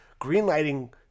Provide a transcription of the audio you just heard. greenlighting